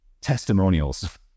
testimonials